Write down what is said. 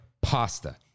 Pasta